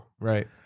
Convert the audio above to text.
right